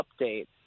update